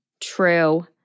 True